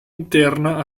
interna